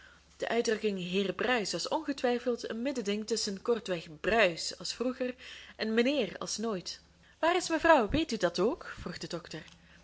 de uitdrukking heer bruis was ongetwijfeld een middending tusschen kortweg bruis als vroeger en mijnheer als nooit waar is me vrouw weet u dat ook vroeg de dokter